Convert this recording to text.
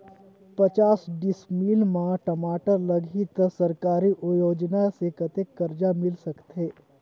पचास डिसमिल मा टमाटर लगही त सरकारी योजना ले कतेक कर्जा मिल सकथे?